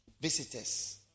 visitors